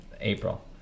April